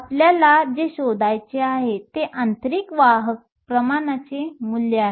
आपल्याला जे शोधायचे आहे ते आंतरिक वाहक प्रमाणाचे मूल्य आहे